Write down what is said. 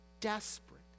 desperate